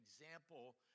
example